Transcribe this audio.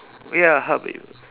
oh ya how about you